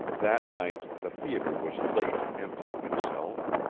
that night the theater was late in emptying itself.